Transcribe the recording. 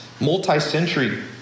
multi-century